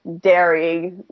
dairy